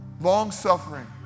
long-suffering